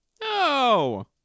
No